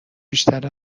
بیشتر